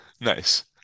nice